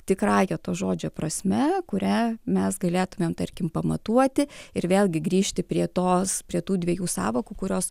tikrąja to žodžio prasme kurią mes galėtumėm tarkim pamatuoti ir vėlgi grįžti prie tos prie tų dviejų sąvokų kurios